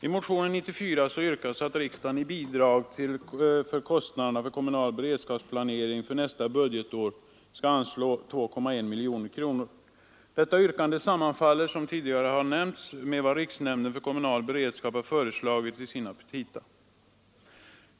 I motionen 94 yrkas att riksdagen till Bidrag till kostnader för kommunal beredskap skall anslå 2,1 miljoner kronor. Detta yrkande sammanfaller som tidigare nämnts med vad riksnämnden för kommunal beredskap begärt i sina petita.